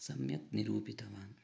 सम्यक् निरूपितवान्